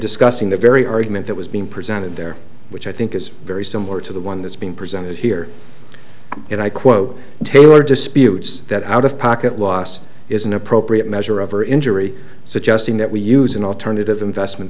discussing the very argument that was being presented there which i think is very similar to the one that's been presented here and i quote take your disputes that out of pocket loss is an appropriate measure of or injury suggesting that we use an alternative investment